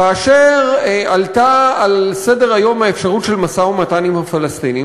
כאשר עלתה על סדר-היום האפשרות של משא-ומתן עם הפלסטינים,